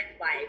life